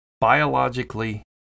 biologically